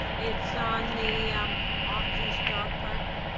it's on the off leash dog park.